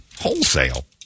wholesale